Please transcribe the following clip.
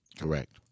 correct